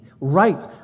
Right